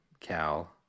Cal